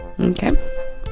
Okay